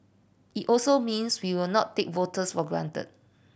it also means we will not take voters for granted